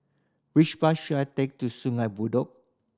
which bus should I take to Sungei Bedok